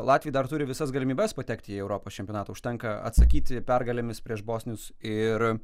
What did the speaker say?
latviai dar turi visas galimybes patekti į europos čempionatą užtenka atsakyti pergalėmis prieš bosnius ir